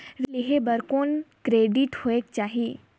ऋण लेहे बर कौन क्रेडिट होयक चाही?